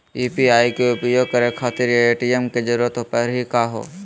UPI के उपयोग करे खातीर ए.टी.एम के जरुरत परेही का हो?